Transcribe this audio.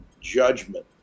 judgment